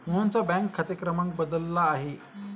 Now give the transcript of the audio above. मोहनचा बँक खाते क्रमांक बदलला आहे